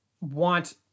want